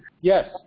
Yes